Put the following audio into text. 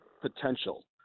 potential